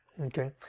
okay